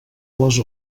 les